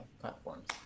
platforms